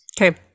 Okay